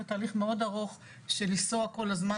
תהליך מאוד ארוך של לנסוע כל הזמן,